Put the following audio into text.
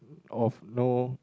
of no